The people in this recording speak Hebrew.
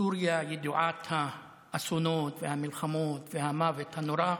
סוריה ידועת האסונות, המלחמות והמוות הנורא,